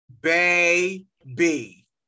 Baby